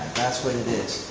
that's what it is.